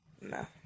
No